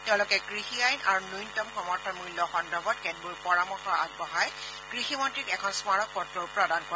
তেওঁলোকে কৃষি আইন আৰু ন্যনতম সমৰ্থন মূল্য সন্দৰ্ভত কেতবোৰ পৰামৰ্শ আগবঢ়াই কৃষিমন্ত্ৰীক এখন স্মাৰকপত্ৰও প্ৰদান কৰে